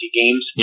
games